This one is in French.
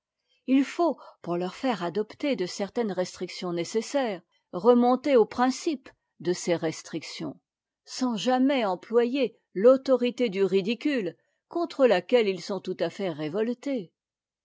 il faut pour leur faire adopter de certaines restrictions nécessaires remonter au principe de ces restrictions sans jamais employer l'autorité du ridicule contre laquelle ils sont tout à fait révoltés